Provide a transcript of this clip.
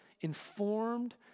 informed